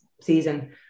season